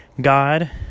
God